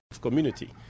community